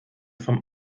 vom